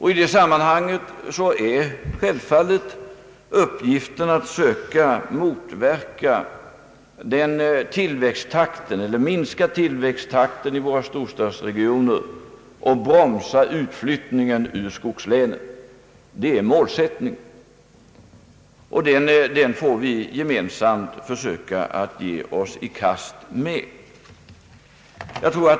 I det sammanhanget är uppgiften självfallet att söka minska tillväxttakten i våra storstadsregioner och bromsa utflyttningen ur skogslänen. Den målsättningen får vi gemensamt försöka ge oss i kast med.